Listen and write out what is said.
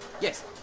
yes